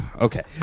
Okay